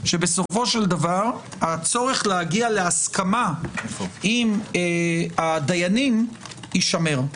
שבסופו של דבר הצורך להגיע להסכמה עם הדיינים יישמר,